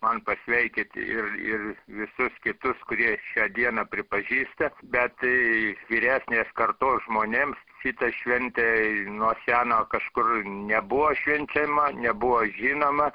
man pasveikyt ir visus kitus kurie šią dieną pripažįsta bet tai vyresnės kartos žmonėms šita šventė nuo seno kažkur nebuvo švenčiama nebuvo žinoma